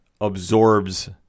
absorbs